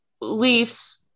Leafs